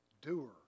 doer